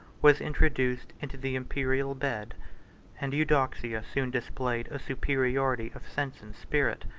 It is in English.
was introduced into the imperial bed and eudoxia soon displayed a superiority of sense and spirit,